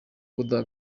kudaha